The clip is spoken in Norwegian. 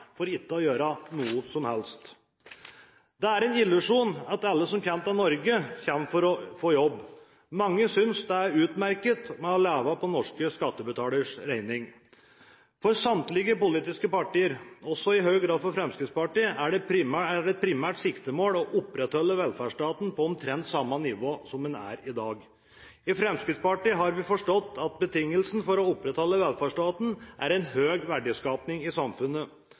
for ikke å gjøre noe som helst? Det er en illusjon at alle som kommer til Norge, kommer for å få jobb. Mange synes det er utmerket å leve på norske skattebetaleres regning. For samtlige politiske partier, også i høy grad for Fremskrittspartiet, er det et primært siktemål å opprettholde velferdsstaten på omtrent samme nivå som i dag. I Fremskrittspartiet har vi forstått at betingelsen for å opprettholde velferdsstaten er en høy verdiskaping i samfunnet.